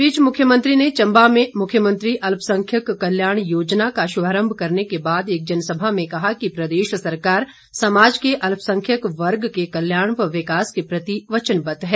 इस बीच मुख्यमंत्री ने चम्बा में मुख्यमंत्री अल्पसंख्यक कल्याण योजना का शुभारंभ करने के बाद एक जनसभा में कहा कि प्रदेश सरकार समाज के अल्पसंख्यक वर्ग के कल्याण व विकास के प्रति वचनबद्ध है